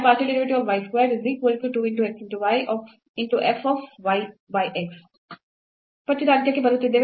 ಪಠ್ಯದ ಅಂತ್ಯಕ್ಕೆ ಬರುತ್ತಿದ್ದೇವೆ